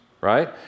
right